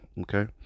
okay